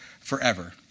forever